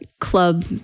club